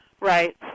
right